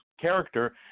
character